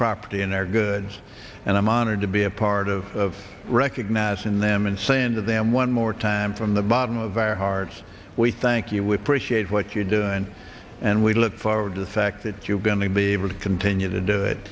property and our goods and i'm honored to be a part of recognizing them and saying to them one more time from the bottom of our hearts we thank you we appreciate what you're doing and we look forward to the fact that you're going to be able to continue to do it